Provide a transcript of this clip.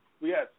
yes